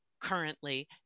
currently